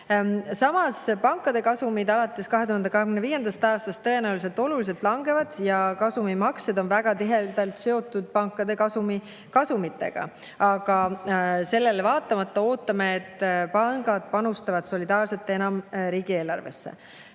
Samas, pankade kasumid alates 2025. aastast tõenäoliselt oluliselt langevad. Kasumimaksed on väga tihedalt seotud pankade kasumitega, aga sellele vaatamata me ootame, et pangad panustavad solidaarselt enam riigieelarvesse.